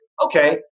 okay